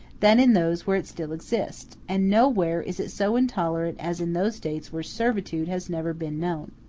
than in those where it still exists and nowhere is it so intolerant as in those states where servitude has never been known.